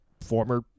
former